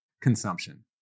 consumption